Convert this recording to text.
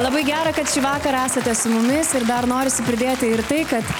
labai gera kad šįvakar esate su mumis ir dar norisi pridėti ir tai kad